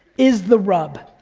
is the rub,